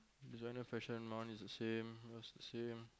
he's under pressure mine the same yours the same